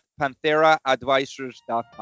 PantheraAdvisors.com